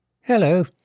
Hello